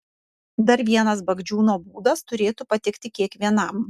dar vienas bagdžiūno būdas turėtų patikti kiekvienam